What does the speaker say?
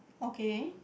okay